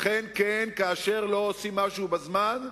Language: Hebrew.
לכן, כן, כאשר לא עושים משהו בזמן,